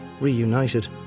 reunited